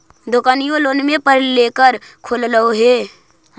दोकनिओ लोनवे पर लेकर खोललहो हे?